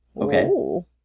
Okay